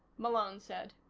malone said.